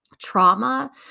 trauma